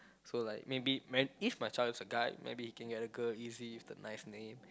so like maybe man if my child is a guy maybe he can get a girl easy with a nice name